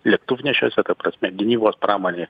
lėktuvnešiuose ta prasme gynybos pramonėj